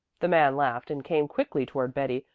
the man laughed and came quickly toward betty,